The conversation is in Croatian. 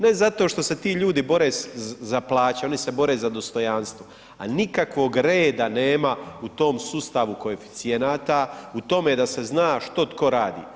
Ne zato što se ti ljudi bore za plaću, oni se bore za dostojanstvo, a nikakvog reda nema u tom sustavu koeficijenata u tome da se zna što tko radi.